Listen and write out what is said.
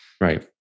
Right